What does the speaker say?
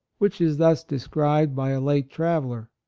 which is thus described by a late traveller